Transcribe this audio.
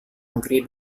negeri